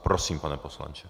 Prosím, pane poslanče.